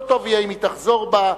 לא טוב יהיה אם היא תחזור בה,